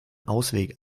ausweg